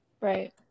Right